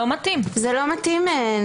זה לא מתאים.